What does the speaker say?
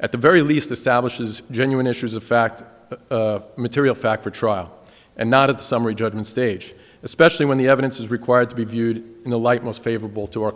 at the very least the savage is genuine issues of fact material fact for trial and not of the summary judgment stage especially when the evidence is required to be viewed in the light most favorable to our